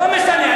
לא משנה.